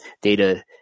data